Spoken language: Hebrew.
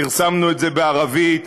פרסמנו את זה בערבית.